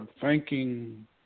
thanking